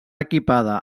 equipada